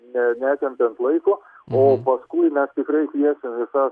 ne netempiant tlaiko o paskui mes tikrai kviesim visas